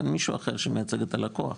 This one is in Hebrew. אין מישהו אחר שמייצג את הלקוח.